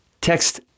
text